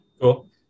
Cool